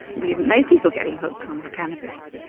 we didn't know people getting hooked on cannabis,